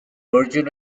berger